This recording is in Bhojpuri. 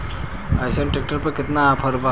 अइसन ट्रैक्टर पर केतना ऑफर बा?